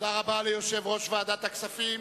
תודה רבה ליושב-ראש ועדת הכספים.